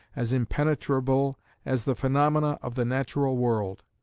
as impenetrable as the phenomena of the natural world.